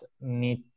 need